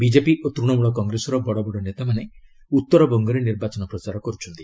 BJP ଓ ତୃଣମୂଳ କଂଗ୍ରେସର ବଡ଼ବଡ଼ ନେତାମାନେ ଭଉରବଙ୍ଗରେ ନିର୍ବାଚନ ପ୍ରଚାର କରୁଛନ୍ତି